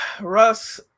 Russ